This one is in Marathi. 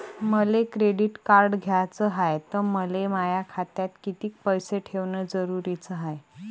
मले क्रेडिट कार्ड घ्याचं हाय, त मले माया खात्यात कितीक पैसे ठेवणं जरुरीच हाय?